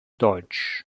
deutsch